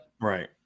right